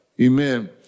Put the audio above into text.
Amen